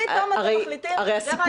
פתאום אתם מחליטים --- סליחה, תמר, תמר.